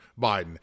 Biden